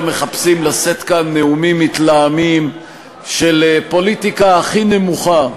מחפשים לשאת כאן נאומים מתלהמים של פוליטיקה הכי נמוכה,